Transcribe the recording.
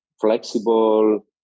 flexible